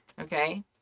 Okay